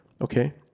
okay